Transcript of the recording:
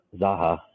Zaha